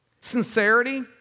Sincerity